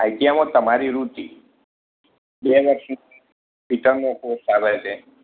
આઈટીઆઈમાં તમારી રૂચિ બે વર્ષનો ફિટરનો કોર્સ આવે છે